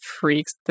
freaks